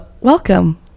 Welcome